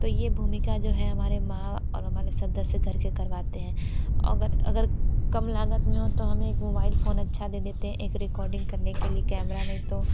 तो ये भूमिका जो है हमारे माँ और हमारे सदस्य घर के करवाते हैं अगर अगर कम लागत में हो तो हमें एक मोबाइल फ़ोन अच्छा दे देते हैं एक रिकॉर्डिंग करने के लिए कैमरा नहीं तो